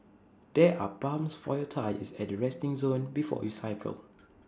there are pumps for your tyres at the resting zone before you cycle